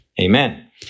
Amen